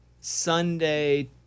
Sunday